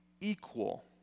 equal